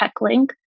TechLink